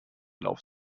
lauf